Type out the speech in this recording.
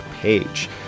page